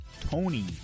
Tony